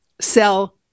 sell